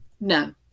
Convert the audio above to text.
No